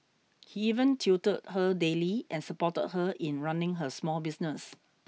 he even tutored her daily and supported her in running her small business